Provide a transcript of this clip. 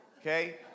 Okay